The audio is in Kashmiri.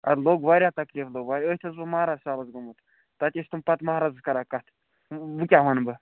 اَدٕ لوٚگ واریاہ تکلیٖف لوٚگ واریاہ أتھۍ اوسُس بہٕ مہراز سالَس گوٚمُت تَتہِ ٲسۍ تِم پَتہٕ مہرازَس کَران کَتھٕ وۅنۍ کیٛاہ وَنہٕ بہٕ